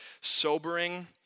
sobering